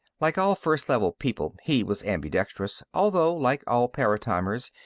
like all first level people, he was ambidextrous, although, like all paratimers,